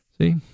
See